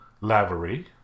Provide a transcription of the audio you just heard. Lavery